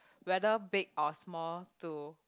whether big or small to